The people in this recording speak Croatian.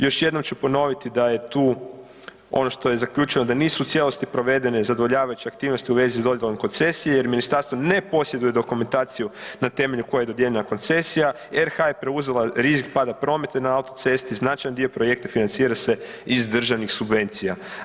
Još jednom ću ponoviti da je tu ono što je zaključeno da nisu u cijelosti provedene zadovoljavajuće aktivnosti u vezi s dodjelom koncesije jer ministarstvo ne posjeduje dokumentaciju na temelju koje je dodijeljena koncesija, RH je preuzela rizik pada prometa na autocesti, značajan dio projekta financira se iz državnih subvencija.